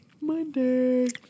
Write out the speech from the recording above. Monday